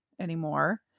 anymore